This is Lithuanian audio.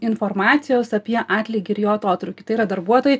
informacijos apie atlygį ir jo atotrūkį tai yra darbuotojai